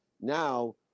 now